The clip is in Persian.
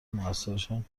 موثرشان